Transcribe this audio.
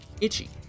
Itchy